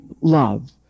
love